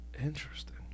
interesting